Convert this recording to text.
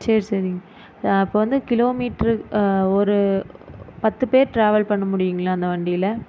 சரி சரிங்க இப்போ வந்து கிலோ மீட்ரு ஒரு பத்து பேர் டிராவல் பண்ண முடியுங்களா அந்த வண்டியில